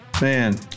Man